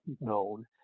known